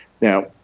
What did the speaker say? Now